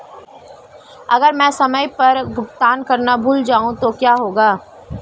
अगर मैं समय पर भुगतान करना भूल जाऊं तो क्या होगा?